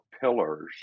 pillars